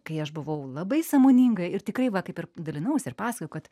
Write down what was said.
kai aš buvau labai sąmoninga ir tikrai va kaip ir dalinausi ir pasakojau kad